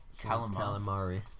Calamari